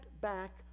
back